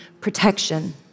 protection